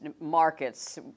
markets